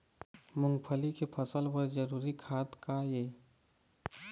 मूंगफली के फसल बर जरूरी खाद का ये?